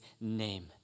name